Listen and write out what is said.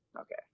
Okay